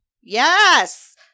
Yes